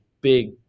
big